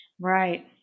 right